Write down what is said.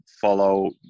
follow